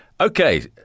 Okay